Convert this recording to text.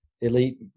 elite